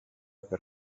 per